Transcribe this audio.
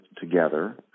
together